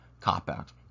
cop-out